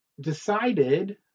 decided